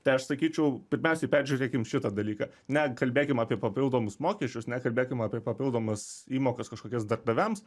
tai aš sakyčiau pirmiausiai peržiūrėkim šitą dalyką nekalbėkim apie papildomus mokesčius nekalbėkim apie papildomas įmokas kažkokias darbdaviams